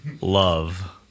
love